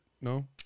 No